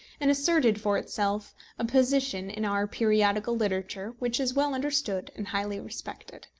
and asserted for itself a position in our periodical literature, which is well understood and highly respected.